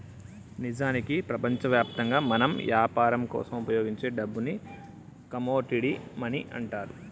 నిజానికి ప్రపంచవ్యాప్తంగా మనం యాపరం కోసం ఉపయోగించే డబ్బుని కమోడిటీ మనీ అంటారు